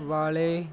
ਵਾਲੇ